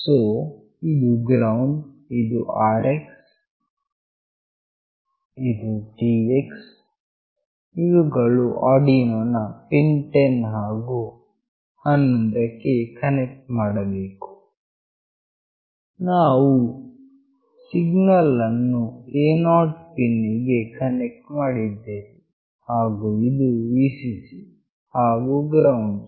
so ಇದು ground ಇದು Rx ಇದು Tx ಇವುಗಳು ಆರ್ಡಿನೋವಿನ ಪಿನ್ 10 ಹಾಗು 11 ಕ್ಕೆ ಕನೆಕ್ಟ್ ಮಾಡಬೇಕು ಹಾಗು ನಾವು ಸಿಗ್ನಲ್ ಅನ್ನು Ao ಪಿನ್ ಗೆ ಕನೆಕ್ಟ್ ಮಾಡಿದ್ದೇವೆ ಹಾಗು ಇದು Vcc ಹಾಗು ಗ್ರೌಂಡ್